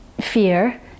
fear